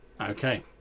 Okay